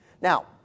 Now